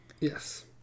Yes